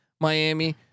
Miami